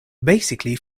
basically